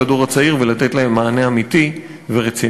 הדור הצעיר ולתת להן מענה אמיתי ורציני.